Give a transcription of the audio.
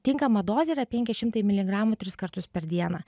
tinkama dozė yra penki šimtai miligramų tris kartus per dieną